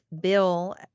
bill